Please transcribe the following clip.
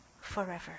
forever